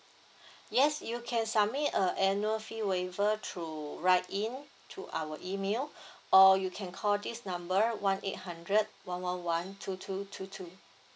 yes you can submit a annual fee waiver through write in to our email or you can call this number one eight hundred one one one two two two two